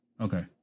Okay